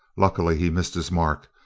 luckily he missed his mark,